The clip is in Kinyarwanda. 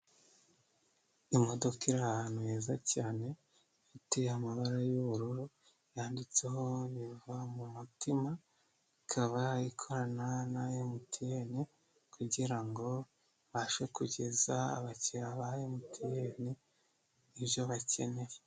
Imodoka iri ahantu heza cyane, iteye amabara y'ubururu, yanditseho biva mu mutima, ikaba ikorana na MTN, kugira ngo ibashe kugeza abakiriya ba MTN, ibyo bakeneye.